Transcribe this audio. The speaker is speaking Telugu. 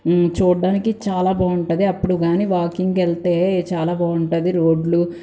చూడడానికి చాల బాగుంటుంది అప్పుడు కానీ వాకింగ్కి వెళ్తే చాల బాగుంటుంది రోడ్లు